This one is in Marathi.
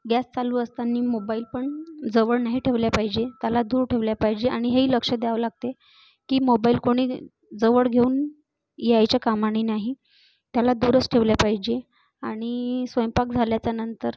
गॅस चालू असतांनी मोबाईलपण जवळ नाही ठेवला पाहिजे त्याला दूर ठेवला पाहिजे आणि हेही लक्ष द्यावं लागते की मोबाईल कोणी जवळ घेऊन यायच्या कामानी नाही त्याला दूरच ठेवल्या पाहिजे आणि स्वयंपाक झाल्याच्यानंतर